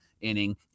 inning